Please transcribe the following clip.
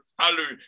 hallelujah